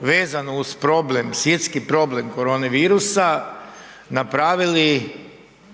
vezano uz svjetski problem korone virusa, napravili